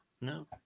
no